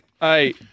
Hey